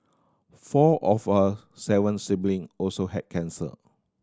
four of her seven sibling also had cancer